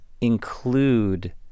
include